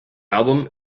album